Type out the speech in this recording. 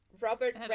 Robert